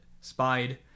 spied